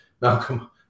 Malcolm